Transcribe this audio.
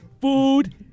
Food